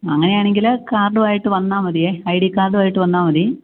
അങ്ങനെയാണെങ്കില് കാര്ഡുമായിട്ട് വന്നാല് മതി ഐ ഡി കാര്ഡുമായിട്ട് വന്നാല് മതി